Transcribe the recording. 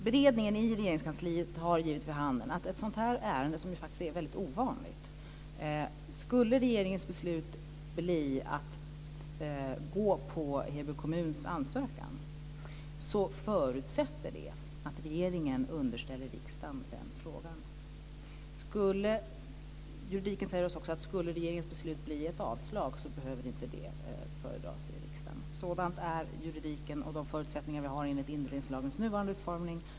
Beredningen i Regeringskansliet har givit vid handen att om i ett sådant ärende - som faktiskt är väldigt ovanligt - regeringens beslut skulle bli att gå på Heby kommuns ansökan, förutsätter det att regeringen underställer riksdagen den frågan. Juridiken säger oss också att om regeringens beslut skulle bli ett avslag behöver det inte föredras i riksdagen. Sådan är juridiken, och de förutsättningarna råder enligt indelningslagens nuvarande utformning.